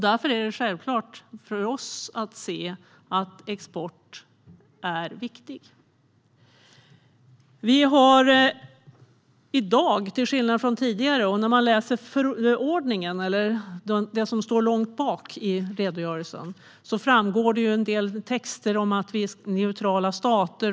Därför är det självklart för Centerpartiet att se exporten som viktig. I dag finns det till skillnad från tidigare en del texter långt bak i redogörelsen där det står att vi är en neutral stat.